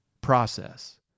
process